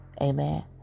Amen